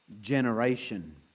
generation